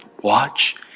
Watch